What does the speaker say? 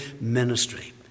ministry